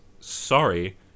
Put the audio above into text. sorry